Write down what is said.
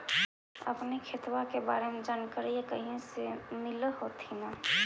अपने के खेतबा के बारे मे जनकरीया कही से मिल होथिं न?